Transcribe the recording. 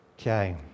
Okay